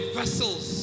vessels